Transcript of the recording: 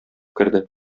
керде